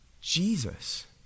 Jesus